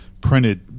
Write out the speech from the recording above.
printed